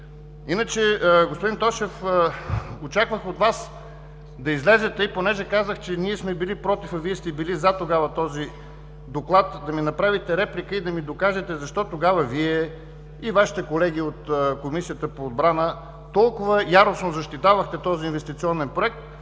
Иначе, господин Тошев, очаквах от Вас да излезете и понеже казах, че ние сме били „против“, а Вие сте били „за“ тогава този Доклад, да ми направите реплика и да ми докажете защо тогава Вие и Вашите колеги от Комисията по отбрана толкова яростно защитавахте този инвестиционен проект,